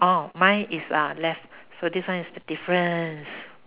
oh mine is uh left so this one is the difference